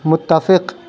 متفق